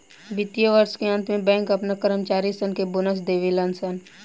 वित्तीय वर्ष के अंत में बैंक अपना कर्मचारी सन के बोनस देवे ले सन